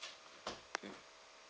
mm